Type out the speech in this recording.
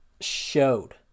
showed